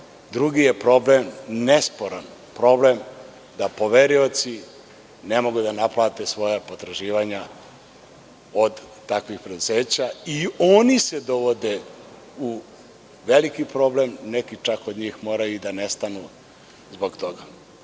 način. Drugi je problem nesporan –da poverioci ne mogu da naplate svoja potraživanja od takvih preduzeća i oni se dovode u veliki problem, neki od njih čak moraju i da nestanu zbog